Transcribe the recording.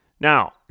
Now